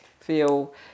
feel